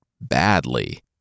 badly